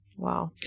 Wow